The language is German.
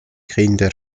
kinder